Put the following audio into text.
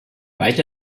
weit